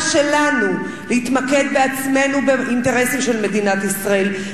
שלנו להתמקד בעצמנו ובאינטרסים של מדינת ישראל,